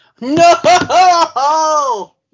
No